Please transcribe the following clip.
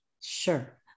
Sure